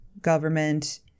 government